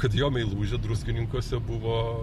kad jo meilužė druskininkuose buvo